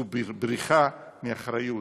זה בריחה מאחריות.